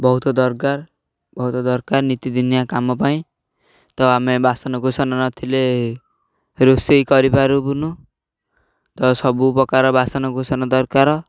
ବହୁତ ଦରକାର ବହୁତ ଦରକାର ନୀତିଦିନିଆ କାମ ପାଇଁ ତ ଆମେ ବାସନକୁୁସନ ନଥିଲେ ରୋଷେଇ କରିପାରୁବୁନୁ ତ ସବୁ ପ୍ରକାର ବାସନକୁୁସନ ଦରକାର